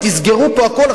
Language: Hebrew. תסגרו פה הכול,